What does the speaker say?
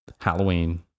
Halloween